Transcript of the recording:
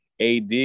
AD